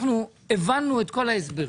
הבנו את כל ההסברים.